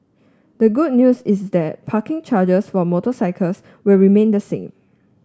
the good news is that parking charges for motorcycles will remain the same